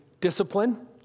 discipline